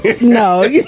No